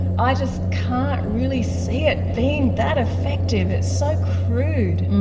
i just can't really see it being that effective. it's so crude.